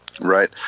Right